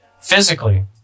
physically